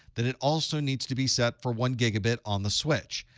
then it also needs to be set for one gigabit on the switch.